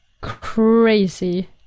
crazy